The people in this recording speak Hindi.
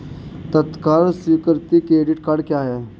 तत्काल स्वीकृति क्रेडिट कार्डस क्या हैं?